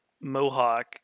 mohawk